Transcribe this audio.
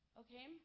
okay